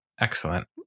Excellent